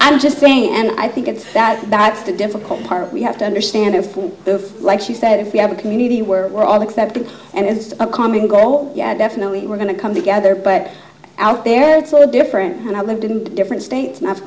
i'm just saying and i think it's that that's the difficult part we have to understand a form of like she said if we have a community where we're all accepted and a common goal yeah definitely we're going to come together but out there it's all different and i lived in different states and i've